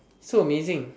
so amazing